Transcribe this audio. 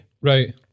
Right